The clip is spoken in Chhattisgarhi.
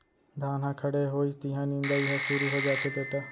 धान ह खड़े होइस तिहॉं निंदई ह सुरू हो जाथे बेटा